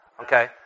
Okay